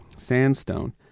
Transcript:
sandstone